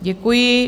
Děkuji.